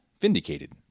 vindicated